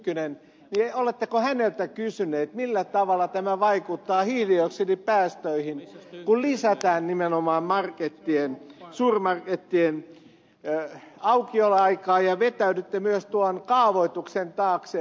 tynkkynen niin oletteko häneltä kysynyt millä tavalla tämä vaikuttaa hiilidioksidipäästöihin kun lisätään nimenomaan suurmarkettien aukioloaikaa ja vetäydytte myös tuon kaavoituksen taakse